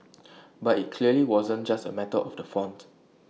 but IT clearly wasn't just A matter of the font